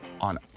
on